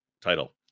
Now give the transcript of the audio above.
title